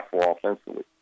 offensively